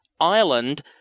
Ireland